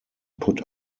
put